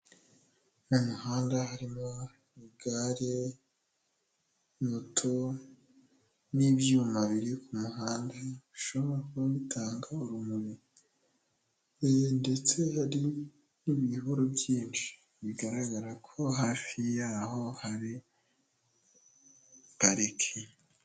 Mu muhanda harimo igare, moto n'ibyuma biri kumuhanda, bishobora kuba bitanga urumuri ndetse hari n'ibihuru byinshi bigaragara ko hafi yaho hari pariki.